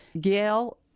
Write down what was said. gail